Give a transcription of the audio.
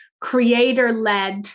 creator-led